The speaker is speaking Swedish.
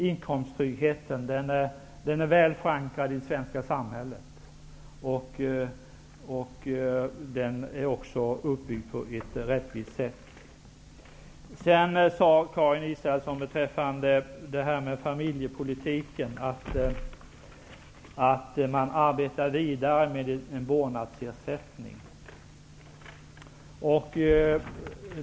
Inkomsttryggheten är väl förankrad i det svenska samhället. Det är också uppbyggd på ett rättvist sätt. Beträffande familjepolitiken sade Karin Israelsson att man arbetar vidare med en vårdnadsersättning.